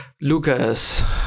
Lucas